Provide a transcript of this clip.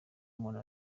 umuntu